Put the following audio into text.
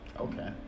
okay